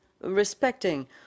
respecting